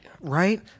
right